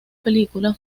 película